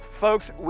folks